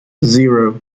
zero